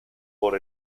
por